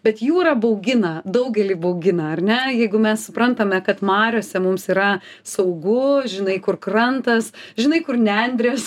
bet jūra baugina daugelį baugina ar ne jeigu mes suprantame kad mariose mums yra saugu žinai kur krantas žinai kur nendrės